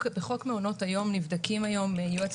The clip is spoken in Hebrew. בחוק מעונות היום נבדקים היום יועץ